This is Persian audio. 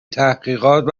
تحقیقات